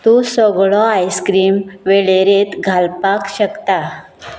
तूं सगळो आयस्क्रीम वळेरेंत घालपाक शकता